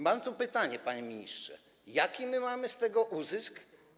Mam tu pytanie, panie ministrze: Jaki mamy z tego uzysk?